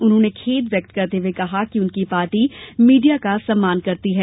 उन्होंने खेद व्यक्त करते हुए कहा कि उनकी पार्टी मीडिया का सम्मान करती है